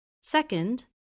Second